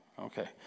Okay